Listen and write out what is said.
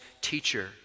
teacher